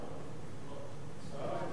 דקה.